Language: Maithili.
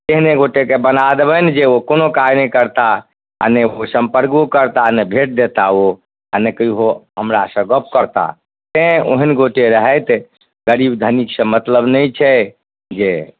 एहने गोटेके बना देबनि जे ओ कोनो काज नहि करताह आ नहि ओ संपर्कों करताह आ नहि भेट देता ओ आ नहि कहियो हमरा सऽ गप करता तैॅं ओहेन गोटे रहैत गरीब धनिक से मतलब नहि छै जे